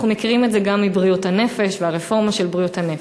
אנחנו מכירים את זה גם מבריאות הנפש והרפורמה של בריאות הנפש.